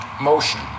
motion